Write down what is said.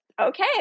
Okay